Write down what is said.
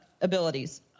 abilities